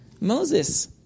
Moses